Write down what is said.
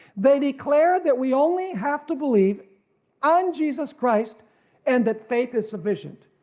they declare that we only have to believe on jesus christ and that faith is sufficient,